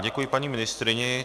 Děkuji paní ministryni.